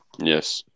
Yes